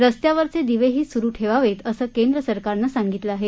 रस्त्यावरचे दिवेही सुरू ठेवावेत असे केंद्र सरकारने सांगितले आहे